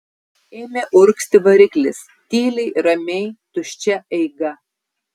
ėmė urgzti variklis tyliai ramiai tuščia eiga